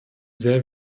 sehr